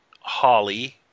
Holly